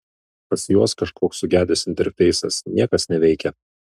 pas juos kažkoks sugedęs interfeisas niekas neveikia